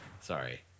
sorry